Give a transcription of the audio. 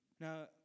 Now